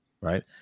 right